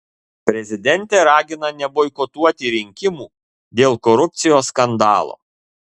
prezidentė ragina neboikotuoti rinkimų dėl korupcijos skandalo